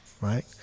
right